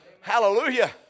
Hallelujah